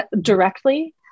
directly